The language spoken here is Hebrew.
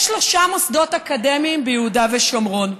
יש שלושה מוסדות אקדמיים ביהודה ושומרון: